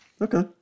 Okay